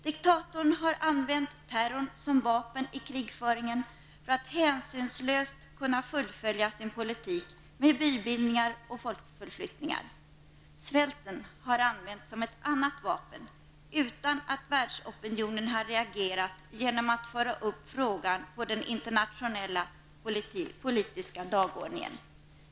Diktaturen har använt terrorn som vapen i krigföringen för att hänsynslöst kunna fullfölja sin politik med bybildningar och folkförflyttningar. Svälten har använts som ett annat vapen utan att världsopinionen har reagerat genom att föra upp frågan på den internationella politiska dagordningen.